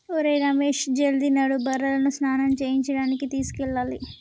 ఒరేయ్ రమేష్ జల్ది నడు బర్రెలను స్నానం చేయించడానికి తీసుకెళ్లాలి